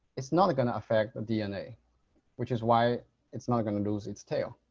it's not going to affect the dna which is why it's not going to lose its tail.